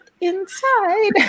inside